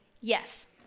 yes